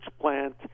plant